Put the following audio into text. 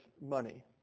money